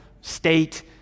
state